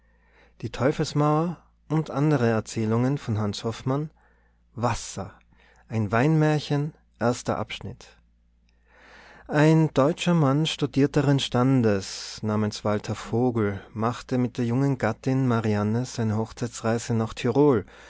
häßlich wasser ein deutscher mann studierteren standes namens walter vogel machte mit der jungen gattin marianne seine hochzeitsreise nach tirol